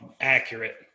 accurate